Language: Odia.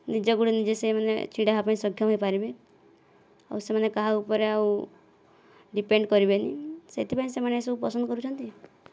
ନିଜ ଗୋଡ଼ରେ ନିଜେ ସେମାନେ ଛିଡ଼ା ହେବା ପାଇଁ ସକ୍ଷମ ହୋଇପାରିବେ ଆଉ ସେମାନେ କାହା ଉପରେ ଆଉ ଡିପେଣ୍ଡ କରିବେନି ସେଥିପାଇଁ ସେମାନେ ଏସବୁ ପସନ୍ଦ କରୁଛନ୍ତି